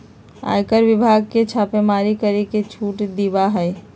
आयकर विभाग के छापेमारी करे के छूट होबा हई